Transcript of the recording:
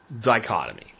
dichotomy